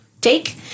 take